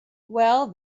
well